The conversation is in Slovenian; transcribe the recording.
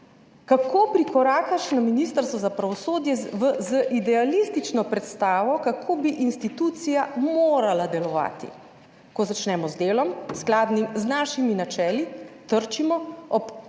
kako prikorakaš na ministrstvo za pravosodje z idealistično predstavo, kako bi institucija morala delovati. Ko začnemo z delom, skladnim z našimi načeli, trčimo ob,